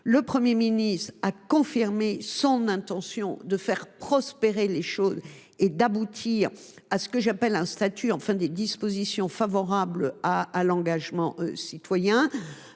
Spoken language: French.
Le Premier ministre a confirmé son intention de faire prospérer le débat et d’aboutir à ce que j’appelle un statut, en tout cas à des dispositions favorables à l’engagement citoyen.